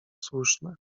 słuszne